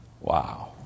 Wow